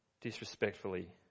disrespectfully